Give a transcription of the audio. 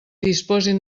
disposin